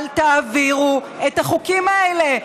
אל תעבירו את החוקים האלה.